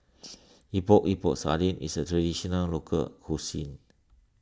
Epok Epok Sardin is a Traditional Local Cuisine